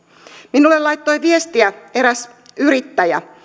minulle laittoi viestiä eräs yrittäjä